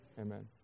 Amen